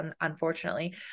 unfortunately